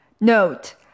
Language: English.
Note